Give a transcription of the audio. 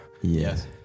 Yes